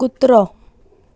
कुत्रो